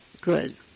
Good